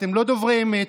אתם לא דוברים אמת.